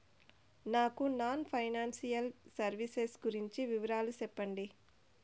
నాకు non financial services గురించి వివరాలు సెప్పండి?